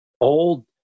old